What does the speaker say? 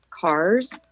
cars